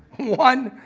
one,